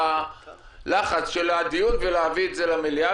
הלחץ של הדיון ולהביא את זה למליאה,